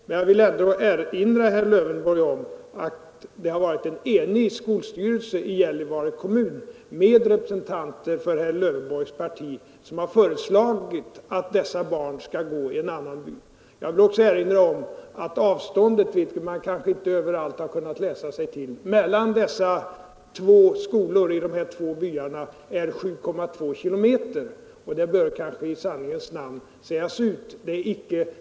Men jag vill ändå erinra herr Lövenborg om att en enig skolstyrelse i Gällivare kommun, med representanter för herr Lövenborgs parti, har bestämt att barnen i fråga skall gå i skola i en annan by. Jag vill också erinra om att avståndet — vilket man kanske inte överallt kunnat läsa sig till — mellan skolorna i de två byarna är 7,2 km. Det bör kanske i sanningens namn sägas ut.